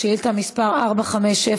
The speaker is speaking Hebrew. שאילתה מס' 450,